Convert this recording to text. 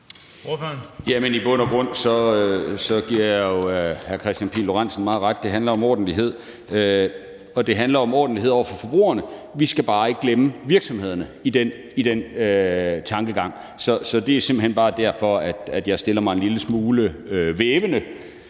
I bund og grund giver jeg jo hr. Kristian Pihl Lorentzen meget ret. Det handler om ordentlighed, og det handler om ordentlighed over for forbrugerne. Vi skal bare ikke glemme virksomhederne i den tilgang til det. Det er simpelt hen bare derfor, at jeg stiller mig en lille smule tøvende